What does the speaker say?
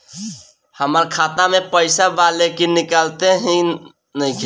हमार खाता मे पईसा बा लेकिन निकालते ही नईखे?